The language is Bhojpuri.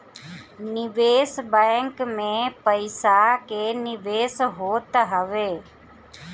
निवेश बैंक में पईसा के निवेश होत हवे